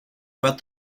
about